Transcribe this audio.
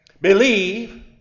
believe